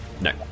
no